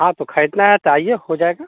हाँ तो खरीदना तो आइए हो जाएगा